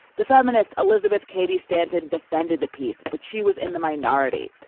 the feminists elizabeth cady stanton defended the piece, but she was in the minority.